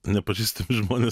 nepažįstami žmonės